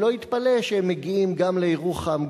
שלא יתפלא שהם מגיעים גם לירוחם,